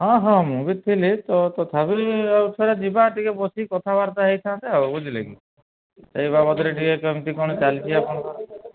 ହଁ ହଁ ମୁ ବି ଥିଲି ତ ତଥାପି ଆଉ ଥରେ ଯିବା ଟିକେ ବସିକି କଥାବାର୍ତ୍ତା ହୋଇଥାନ୍ତେ ଆଉ ବୁଝିଲେକି ଏଇ ବାବଦରେ ଟିକେ କେମିତି କ'ଣ ଚାଲିଛି ଆପଣଙ୍କର